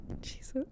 Jesus